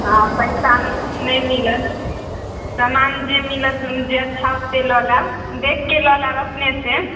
हँ पैसा नहि मिलत समान जे मिलत हम जे अच्छा ओतएक लऽ लेब देखिके लऽ लेब अपने से